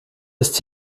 ist